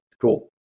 cool